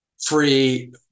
free